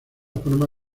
forma